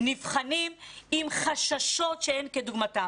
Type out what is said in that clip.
נבחנים עם חששות שאין כדוגמתן,